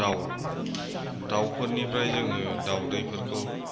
दाउ दाउफोरनिफ्राय जोङो दाउदैफोरखौ